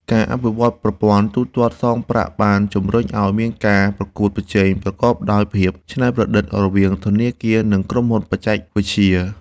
ការអភិវឌ្ឍប្រព័ន្ធទូទាត់សងប្រាក់បានជំរុញឱ្យមានការប្រកួតប្រជែងប្រកបដោយភាពច្នៃប្រឌិតរវាងធនាគារនិងក្រុមហ៊ុនបច្ចេកវិទ្យា។